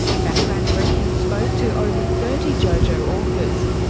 background briefing spoke to over thirty jojo authors.